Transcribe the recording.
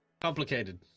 Complicated